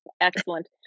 Excellent